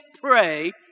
pray